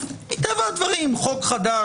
מטבע הדברים חוק חדש,